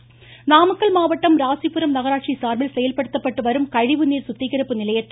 ம் ம் ம் ம் ம சரோஜா நாமக்கல் மாவட்டம் ராசிபுரம் நகராட்சி சார்பில் செயல்படுத்தப்பட்டு வரும் கழிவுநீர் சுத்திகரிப்பு நிலையத்தை